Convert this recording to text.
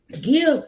give